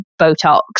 Botox